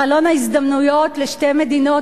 חלון ההזדמנויות לשתי מדינות,